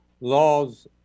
laws